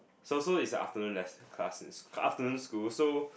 so so it's a afternoon less~ class and sc~ afternoon school so